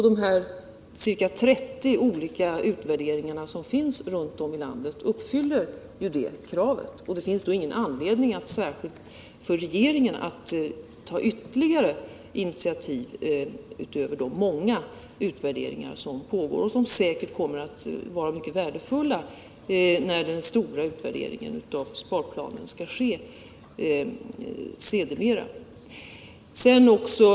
De ca 30 olika utvärderingar som görs runt om i landet uppfyller det kravet. Det finns då ingen anledning för regeringen att ta initiativ till ytterligare utvärderingar utöver de många som pågår och som säkert kommer att vara mycket värdefulla när den stora utvärderingen av sparplanen sedermera skall göras.